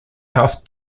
health